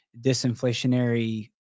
disinflationary